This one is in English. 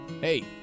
Hey